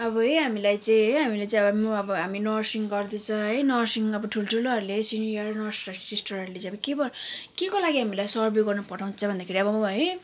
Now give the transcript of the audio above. अब है हामीलाई चाहिँ है हामीलाई चाहिँ म अब हामी नर्सिङ गर्दैछ है नर्सिङ अब ठुल्ठुलोहरूले सिनियर नर्सहरू सिस्टरहरूले चाहिँ अब के भयो केको लागि हामीलाई सर्भे गर्न पठाउँछ भन्दाखेरि अब है